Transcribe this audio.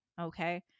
Okay